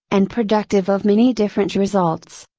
and productive of many different results.